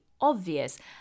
obvious